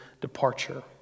departure